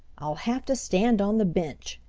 i'll have to stand on the bench,